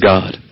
God